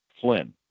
Flynn